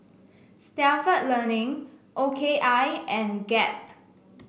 Stalford Learning O K I and Gap